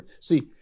see